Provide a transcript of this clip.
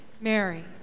Mary